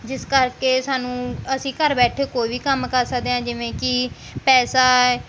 ਜਿਸ ਕਰਕੇ ਸਾਨੂੰ ਅਸੀਂ ਘਰ ਬੈਠੇ ਕੋਈ ਵੀ ਕੰਮ ਕਰ ਸਕਦੇ ਹਾਂ ਜਿਵੇਂ ਕਿ ਪੈਸਾ ਹੈ